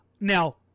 Now